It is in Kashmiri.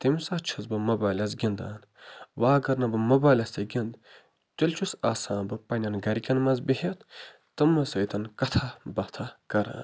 تَمہِ ساتہٕ چھُس بہٕ موبایلس گِنٛدان وۄنۍ اَگر نہٕ بہٕ موبایلَس تہٕ گِنٛدٕ تیٚلہِ چھُس آسان بہٕ پنٛنٮ۪ن گَرِکٮ۪ن منٛز بِہِتھ تٕمَن سۭتۍ کَتھاہ باتھاہ کَران